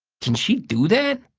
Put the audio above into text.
can she do that?